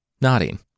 nodding